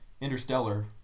Interstellar